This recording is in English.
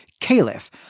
Caliph